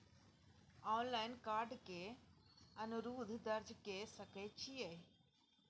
Online card के अनुरोध दर्ज के सकै छियै?